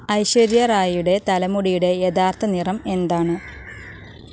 ഐശ്വര്യ റായിയുടെ തലമുടിയുടെ യഥാർത്ഥ നിറം എന്താണ്